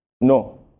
No